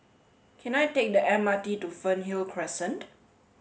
can I take the M R T to Fernhill Crescent